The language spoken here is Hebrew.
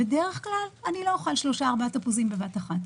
בדרך כלל אני לא אוכל שלושה ארבעה תפוזים בבת אחת,